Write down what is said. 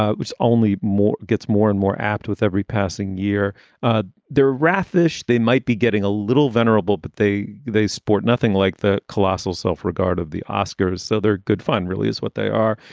ah it was only moore gets more and more apt with every passing year ah there raffish. they might be getting a little venerable, but they they sport nothing like the colossal self-regard of the oscars. so they're good. fun really is what they are.